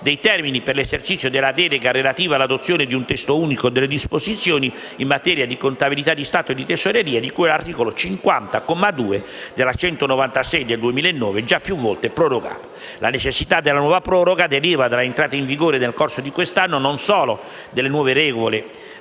dei termini per l'esercizio della delega relativa all'adozione di un testo unico delle disposizioni in materia di contabilità di Stato e di Tesoreria, di cui all'articolo 50, comma 2, della legge n. 196 del 2009, già più volte prorogato. La necessità della nuova proroga deriva dalla entrata in vigore nel corso di quest'anno non solo delle nuove regole